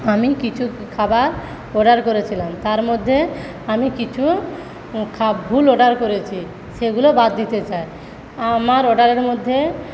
আমি কিছু খাবার অর্ডার করেছিলাম তার মধ্যে আমি কিছু খা ভুল অর্ডার করেছি সেগুলো বাদ দিতে চাই আমার অর্ডারের মধ্যে